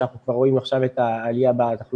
שאנחנו כבר רואים עכשיו את העלייה בתחלואה,